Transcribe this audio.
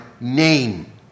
name